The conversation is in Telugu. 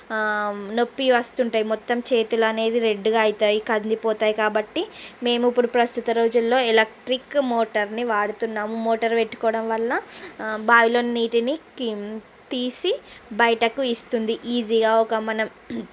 నొప్పి వస్తుంటాయి మొత్తం చేతులు అనేది రెడ్గా అయితాయి కందిపోతాయి కాబట్టి మేము ఇప్పుడు ప్రస్తుత రోజుల్లో ఎలక్ట్రిక్ మోటర్ని వాడుతున్నాం మోటార్ పెట్టుకోవడం వల్ల బావిలో నీటిని తిన్ తీసి బయటకు ఇస్తుంది ఈజీగా ఒక మనం